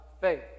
faith